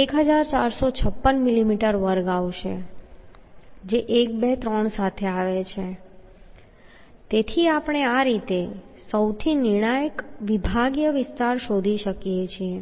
1456 millimetre વર્ગ આવશે જે 1 2 3 સાથે આવે છે તેથી આપણે આ રીતે સૌથી નિર્ણાયક વિભાગીય વિસ્તાર શોધી શકીએ છીએ